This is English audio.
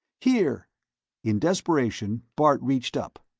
here in desperation, bart reached up.